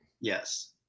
Yes